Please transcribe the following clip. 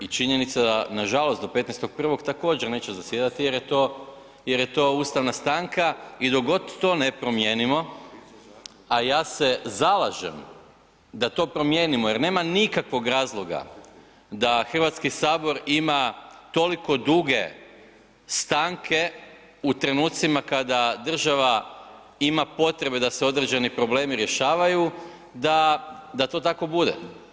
I činjenica da nažalost do 15.1. također, neće zasjedati jer je to ustavna stanka i dok god to ne promijenimo, a ja se zalažem da to promijenimo jer nema nikakvog razloga da HS ima toliko duge stanke u trenucima kada država ima potrebe da se određeni problemi rješavaju, da to tako bude.